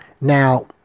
Now